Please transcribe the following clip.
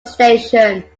station